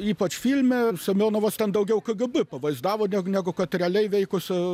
ypač filme semionovos ten daugiau kgb pavaizdavo ne negu kad realiai veikus